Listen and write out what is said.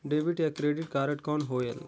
Debit या credit card कौन होएल?